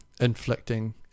inflicting